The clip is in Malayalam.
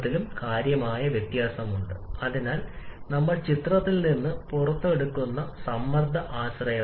അല്ലെങ്കിൽ ആവശ്യമുള്ളതിനേക്കാൾ 80 വായു നമ്മൾ വിതരണം ചെയ്തുവെന്ന് നിങ്ങൾക്ക് പറയാം സ്റ്റൈക്കിയോമെട്രിക് മിശ്രിതം